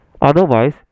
Otherwise